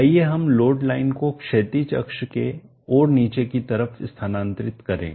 आइए हम load line को क्षैतिज अक्ष के और नीचे की तरफ स्थानांतरित करें